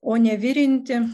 o ne virinti